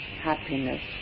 happiness